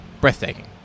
breathtaking